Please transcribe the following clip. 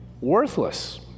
worthless